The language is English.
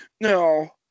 No